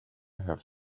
have